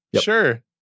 Sure